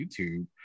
YouTube